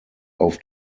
auf